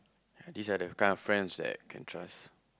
this are the kind of friends that can trust